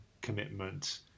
commitment